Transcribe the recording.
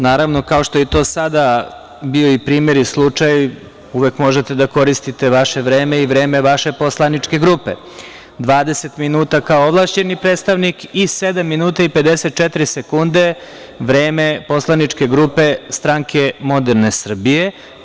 Naravno, kao što je i do sada bio primer i slučaj, uvek možete da koristite vaše vreme i vreme vaše poslaničke grupe, 20 minuta kao ovlašćeni predstavnik i sedam minuta i 54 sekunde vreme poslaničke grupe SMS.